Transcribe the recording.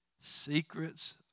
Secrets